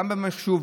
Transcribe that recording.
גם במחשוב,